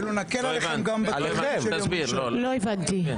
נקל עליכם גם --- לא הבנתי, תסביר.